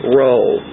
role